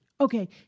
Okay